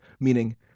Meaning